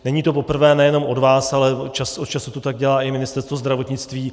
Není to poprvé nejenom od vás, ale čas od času to tak dělá i Ministerstvo zdravotnictví.